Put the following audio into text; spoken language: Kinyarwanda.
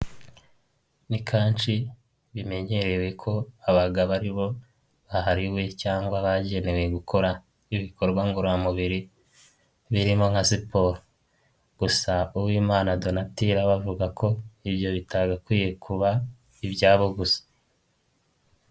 Ni kenshi bimenyerewe ko abagabo ari bo bahariwe, cyangwa bagenewe gukora ibikorwa ngororamubiri, birimo nka siporo, gusa Uwimana Donatira we avuga ko, ibyo bitagakwiye kuba ibyabo gusa.